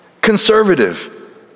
conservative